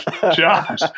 Josh